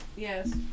Yes